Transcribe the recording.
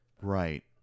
Right